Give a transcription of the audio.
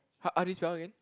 how do you spell again